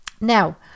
Now